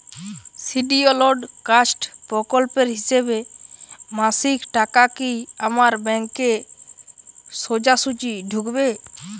Scheduled caste প্রকল্পের হিসেবে মাসিক টাকা কি আমার ব্যাংকে সোজাসুজি ঢুকবে?